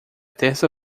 terça